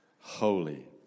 holy